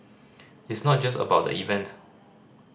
it's not just about the event